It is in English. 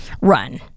run